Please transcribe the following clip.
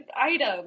item